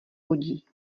hodí